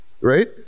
Right